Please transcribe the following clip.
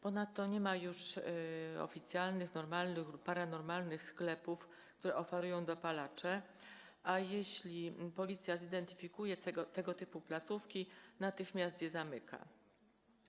Ponadto nie ma już oficjalnych, normalnych lub paranormalnych sklepów, które oferują dopalacze, a jeśli policja zidentyfikuje tego typu placówki, natychmiast je zamyka.